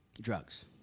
drugs